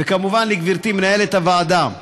וכמובן, לגברתי מנהלת הוועדה.